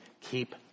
keep